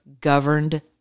governed